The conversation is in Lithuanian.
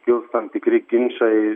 kils tam tikri ginčai